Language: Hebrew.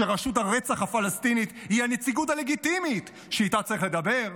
שרשות הרצח הפלסטינית היא הנציגות הלגיטימית שאיתה צריך לדבר.